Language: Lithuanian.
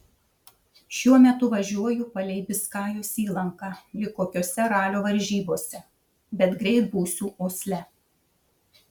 šiuo metu važiuoju palei biskajos įlanką lyg kokiose ralio varžybose bet greit būsiu osle